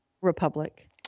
Republic